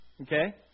Okay